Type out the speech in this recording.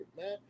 man